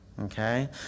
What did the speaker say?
Okay